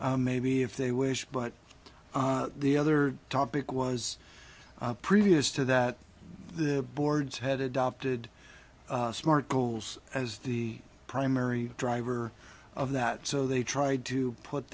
right maybe if they wish but the other topic was previous to that the boards had adopted smart goals as the primary driver of that so they tried to put